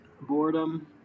Boredom